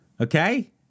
okay